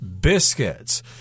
biscuits